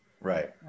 right